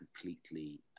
completely